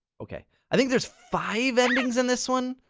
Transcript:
okay. i think there's five endings in this one.